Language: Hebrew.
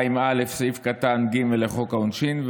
382א(ג) לחוק העונשין,